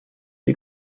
des